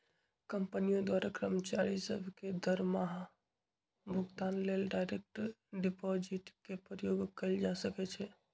कंपनियों द्वारा कर्मचारि सभ के दरमाहा भुगतान लेल डायरेक्ट डिपाजिट के प्रयोग कएल जा सकै छै